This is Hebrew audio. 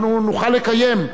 אנחנו נוכל לקיים,